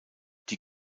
die